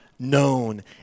known